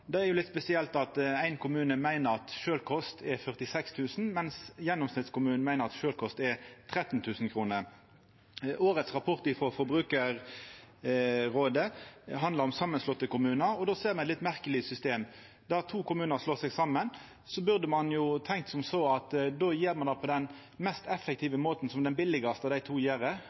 Det er jo litt spesielt at éin kommune meiner at sjølvkost er 46 000 kr, mens gjennomsnittskommunen meiner at sjølvkost er 13 000 kr. Årets rapport frå Forbrukarrådet handlar om samanslåtte kommunar, og då ser me eit litt merkeleg system. Der to kommunar slår seg saman, burde ein jo tenkt at då gjer ein det på den mest effektive måten, som den billegaste av dei to gjer.